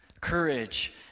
Courage